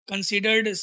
considered